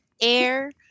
air